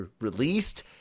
released